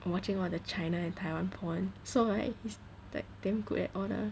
watching while the China and Taiwan porn so right is like damn good at all lah